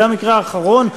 זה המקרה האחרון,